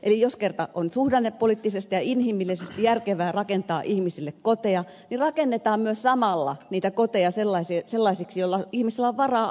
eli jos kerta on suhdannepoliittisesti ja inhimillisesti järkevää rakentaa ihmisille koteja niin rakennetaan myös samalla niitä koteja sellaisiksi joissa ihmisillä on varaa asua